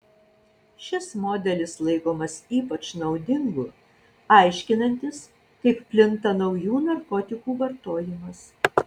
šis modelis laikomas ypač naudingu aiškinantis kaip plinta naujų narkotikų vartojimas